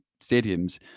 stadiums